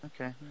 Okay